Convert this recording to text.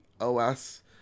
OS